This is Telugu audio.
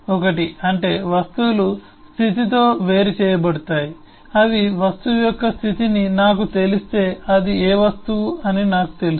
1 అంటే వస్తువులు స్థితితో వేరు చేయబడతాయి అవి వస్తువు యొక్క స్థితిని నాకు తెలిస్తే అది ఏ వస్తువు అని నాకు తెలుసు